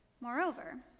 Moreover